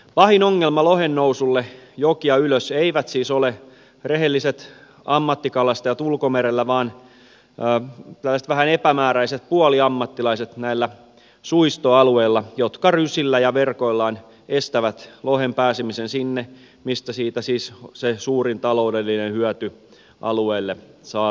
pahin ongelma lohen nousulle jokia ylös eivät siis ole rehelliset ammattikalastajat ulkomerellä vaan tällaiset vähän epämääräiset puoliammattilaiset näillä suistoalueilla jotka rysillään ja verkoillaan estävät lohen pääsemisen sinne mistä siitä siis se suurin taloudellinen hyöty alueelle saataisiin